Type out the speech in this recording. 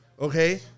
Okay